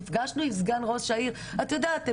נפגשנו עם סגן ראש העיר ואת יודעת,